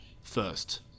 first